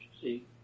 see